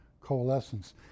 coalescence